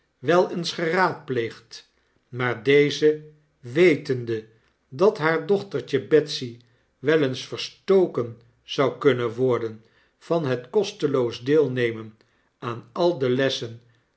wel eens geraadpleegd maar deze wetende dat haar dochtertje betsy wel eens verstoken zou kunnen worden van het kosteloos deelnemen aan al de lessen